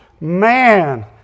Man